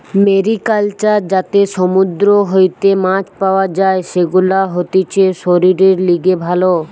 mariculture যাতে সমুদ্র হইতে মাছ পাওয়া যাই, সেগুলা হতিছে শরীরের লিগে ভালো